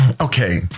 Okay